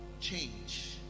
change